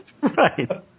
Right